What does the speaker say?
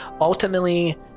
ultimately